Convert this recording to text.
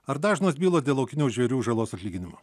ar dažnos bylos dėl laukinių žvėrių žalos atlyginimo